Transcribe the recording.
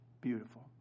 beautiful